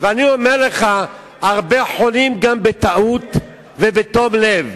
ואני אומר לך שהרבה חונים גם בטעות ובתום לב.